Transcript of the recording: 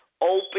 open